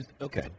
Okay